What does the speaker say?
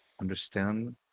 understand